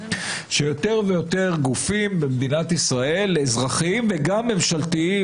שיותר ויותר גופים במדינת ישראל אזרחיים וגם ממשלתיים